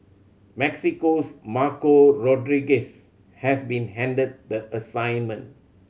Mexico's Marco Rodriguez has been handed the assignment